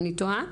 אני טועה?